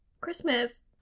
Christmas